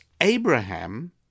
Abraham